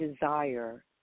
desire